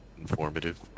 informative